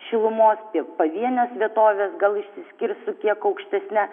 šilumos tiek pavienės vietovės gal išsiskirs su kiek aukštesne